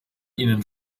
ihnen